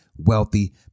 wealthy